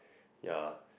ya